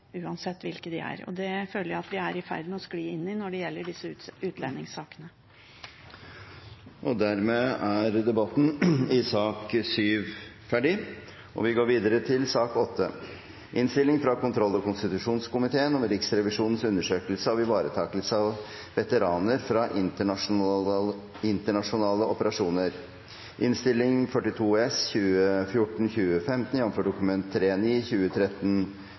er like alvorlig uansett hva det er. Dette føler jeg at vi er i ferd med å skli inn i når det gjelder disse utlendingssakene. Flere har ikke bedt om ordet til sak nr. 7. Denne saken gjelder Riksrevisjonens undersøkelse av ivaretakelse av veteraner fra internasjonale operasjoner.